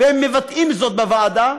והם מבטאים זאת בוועדה,